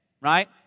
Right